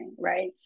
right